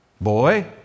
Boy